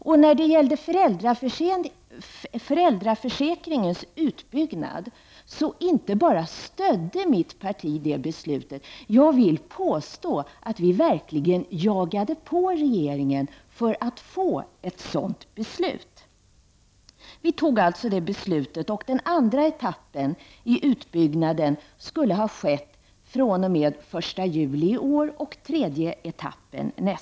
Mitt parti inte bara stödde beslutet om en utbyggnad av föräldraförsäkringen. Jag vill påstå att vi verkligen jagade på regeringen för att få till stånd ett sådant beslut.